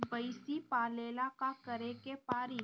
भइसी पालेला का करे के पारी?